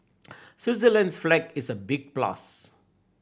Switzerland's flag is a big plus